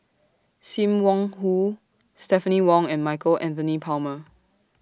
SIM Wong Hoo Stephanie Wong and Michael Anthony Palmer